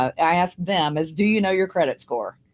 i asked them is, do you know your credit score?